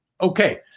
Okay